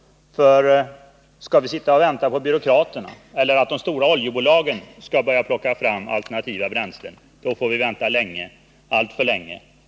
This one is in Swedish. För om vi bara skall vänta på att byråkraterna eller de stora oljebolagen skall utveckla alternativa bränslen, kommer det att ta tid — alltför lång tid.